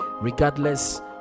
regardless